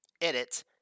Edit